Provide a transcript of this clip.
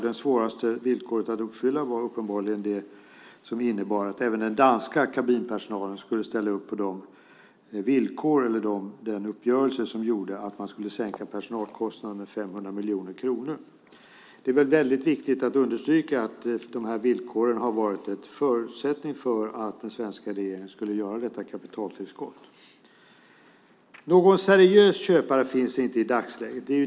Det svåraste villkoret att uppfylla var uppenbarligen det som innebar att även den danska kabinpersonalen skulle ställa upp på den uppgörelse som gör att personalkostnaderna sänks med 500 miljoner kronor. Det är viktigt att understryka att villkoren har varit en förutsättning för att den svenska regeringen ska göra detta kapitaltillskott. Någon seriös köpare finns inte i dagsläget.